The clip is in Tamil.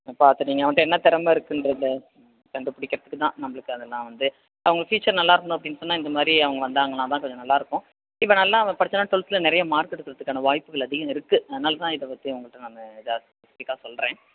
பார்த்து நீங்கள் அவன்கிட்ட என்ன திறமை இருக்குன்றதை கண்டுபிடிக்கிறத்துக்கு தான் நம்மளுக்கு அதெல்லாம் வந்து அவங்க ஃபியூச்சர் நல்லா இருக்கணும் அப்படினு சொன்னால் இந்த மாதிரி அவங்க வந்தாங்கன்னால் தான் கொஞ்சம் நல்லாயிருக்கும் இப்போ நல்லா அவன் படிச்சான்னால் ட்டுவல்த்தில் நிறைய மார்க் எடுக்கிறத்துக்கான வாய்ப்புகள் அதிகம் இருக்குது அதனால் தான் இதை பற்றி உங்கள்கிட்ட நான் இதாக ஸ்பெசிஃபிக்காக சொல்கிறேன்